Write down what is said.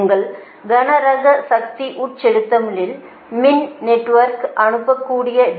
உங்கள் கனரக சக்தி உட்செலுத்தலில் மின் நெட்வொர்க்கிற்கு அனுப்பக்கூடிய DG